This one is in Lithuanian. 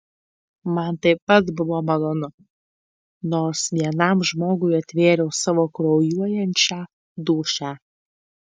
man taip pat buvo malonu nors vienam žmogui atvėriau savo kraujuojančią dūšią